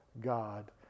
God